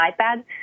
iPad